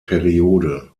periode